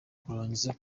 kurangiza